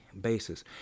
basis